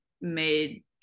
made